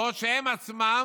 בעוד הם עצמם